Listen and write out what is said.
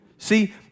See